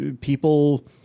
people